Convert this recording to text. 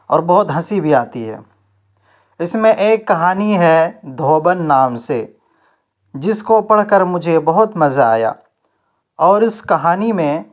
اور بہت ہنسی بھی آتی ہے اس میں ایک کہانی ہے دھوبن نام سے جس کو پڑھ کر مجھے بہت مزہ آیا اور اس کہانی میں